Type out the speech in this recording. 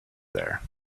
there